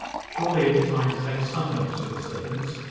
surely it was time to take some notice of the servants.